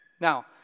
Now